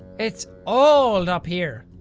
it's old up here.